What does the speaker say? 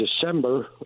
December